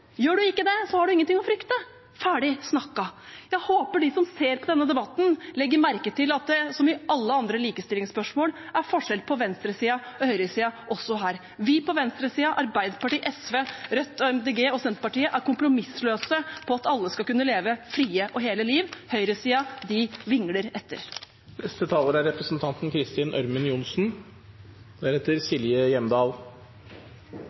Gjør man ikke det, har man ingen ting å frykte – ferdig snakka! Jeg håper de som ser på denne debatten, legger merke til at det som i alle andre likestillingsspørsmål er forskjell på venstresiden og høyresiden også her. Vi på venstresiden, Arbeiderpartiet, SV, Rødt, MDG og Senterpartiet er kompromissløse på at alle skal kunne leve et fritt og helt liv. Høyresiden vingler etter. Dette er ikke en underlig debatt, som representanten